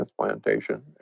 transplantation